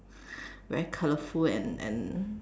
very colourful and and